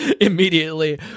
immediately